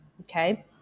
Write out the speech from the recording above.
okay